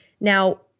Now